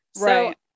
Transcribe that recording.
Right